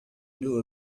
knew